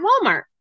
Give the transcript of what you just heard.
Walmart